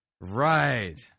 Right